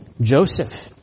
Joseph